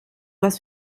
was